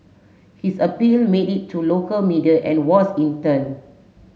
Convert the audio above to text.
his appeal made it to local media and was in turn